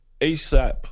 ASAP